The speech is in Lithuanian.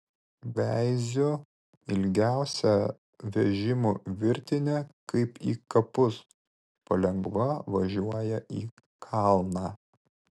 veiziu ilgiausia vežimų virtinė kaip į kapus palengva važiuoja į kalną